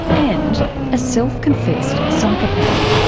and a self-confessed psychopath.